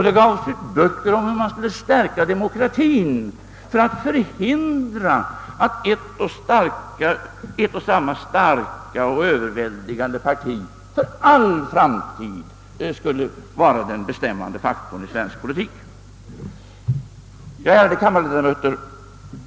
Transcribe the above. Det gavs ut böcker om hur man skulle stärka demokratien för att förhindra att ett och samma starka och överväldigande parti för all framtid skulle vara den bestämmande faktorn i svensk politik. Ärade kammarledamöter!